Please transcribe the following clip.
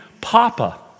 Papa